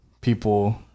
people